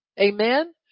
Amen